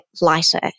lighter